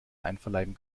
einverleiben